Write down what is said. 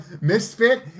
Misfit